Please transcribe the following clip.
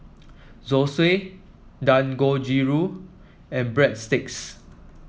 Zosui Dangojiru and Breadsticks